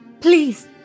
Please